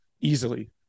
Easily